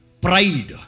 Pride